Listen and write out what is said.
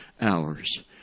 hours